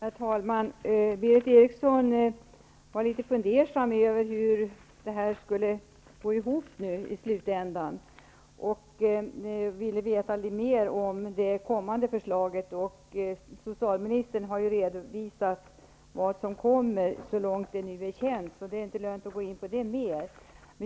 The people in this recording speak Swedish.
Herr talman! Berith Eriksson var litet fundersam över hur det här skulle gå ihop i slutändan. Hon ville veta litet mer om det kommande förslaget. Socialministern har aviserat vad som kommer, så länge det nu är känt, så det är inte lönt att gå in på det mer.